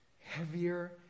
heavier